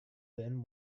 then